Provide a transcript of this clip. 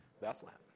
Bethlehem